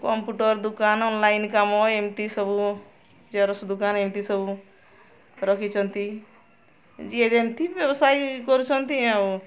computer ଦୋକାନ online କାମ ଏମିତି ସବୁ ଜେରକ୍ସ ଦୋକାନ ଏମିତି ସବୁ ରଖିଛନ୍ତି ଯିଏ ଯେମିତି ବ୍ୟବସାୟ କରୁଛନ୍ତି ଆଉ